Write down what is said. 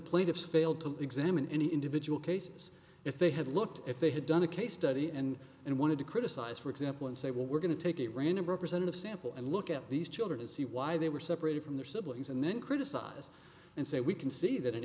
plaintiffs failed to examine any individual cases if they had looked if they had done a case study and and wanted to criticize for example and say well we're going to take a random representative sample and look at these children to see why they were separated from their siblings and then criticize and say we can see that